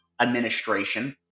administration